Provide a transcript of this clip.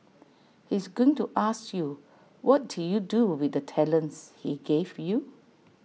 he's going to ask you what did you do with the talents he gave you